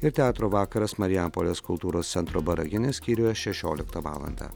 ir teatro vakaras marijampolės kultūros centro baraginės skyriuje šešioliktą valandą